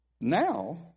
Now